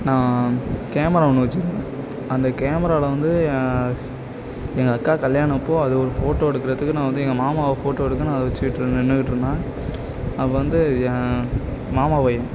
நான் கேமரா ஒன்று வச்சுருக்கேன் அந்த கேமராவில் வந்து என் எங்கள் அக்கா கல்யாணம் அப்போது அதில் ஒரு ஃபோட்டோ எடுக்கிறதுக்கு நான் வந்து எங்கள் மாமாவை ஃபோட்டோ எடுக்க நான் அதை வச்சுக்கிட்டு நின்றுக்கிட்டு இருந்தேன் அப்போ வந்து என் மாமா பையன்